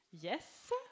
Yes